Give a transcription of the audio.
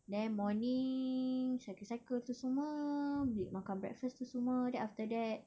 then morning cycle cycle tu semua beli makan breakfast tu semua then after that